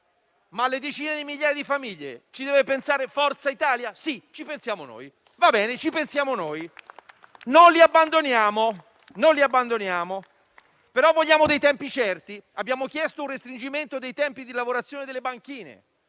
e alle decine di migliaia di famiglie ci deve pensare Forza Italia? Sì, va bene, ci pensiamo noi. Non le abbandoniamo, però vogliamo tempi certi. Abbiamo chiesto un restringimento dei tempi di lavorazione delle banchine,